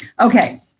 okay